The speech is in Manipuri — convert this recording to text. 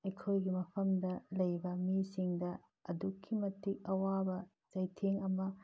ꯑꯩꯈꯣꯏꯒꯤ ꯃꯐꯝꯗ ꯂꯩꯕ ꯃꯤꯁꯤꯡꯗ ꯑꯗꯨꯛꯀꯤ ꯃꯇꯤꯛ ꯑꯋꯥꯕ ꯆꯩꯊꯦꯡ ꯑꯃ